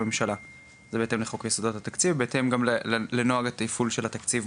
הממשלה תידרש להצביע על מקור בנושא הזה.